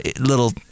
little